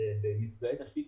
בנפגעי תשתית,